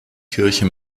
kirche